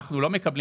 אנחנו לא יודעים